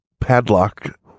padlock